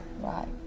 Right